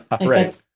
right